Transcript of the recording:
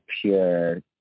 pure